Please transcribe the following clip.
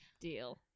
Deal